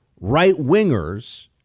right-wingers